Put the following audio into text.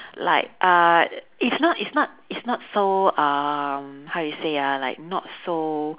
like uh it's not it's not it's not so um how you say ah like not so